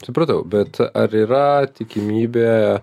supratau bet ar yra tikimybė